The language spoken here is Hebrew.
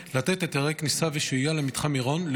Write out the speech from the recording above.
לתת היתרי כניסה ושהייה למתחם מירון למי